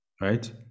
Right